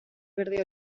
verde